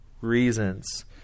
reasons